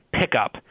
pickup